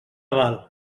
val